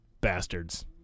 bastards